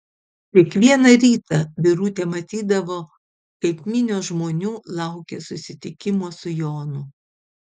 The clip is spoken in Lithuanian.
kiekvieną rytą birutė matydavo kaip minios žmonių laukia susitikimo su jonu